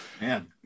Man